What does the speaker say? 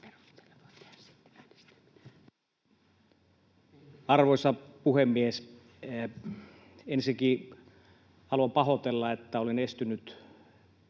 Arvoisa puhemies! Ensinnäkin haluan pahoitella, että olin estynyt